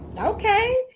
Okay